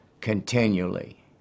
continually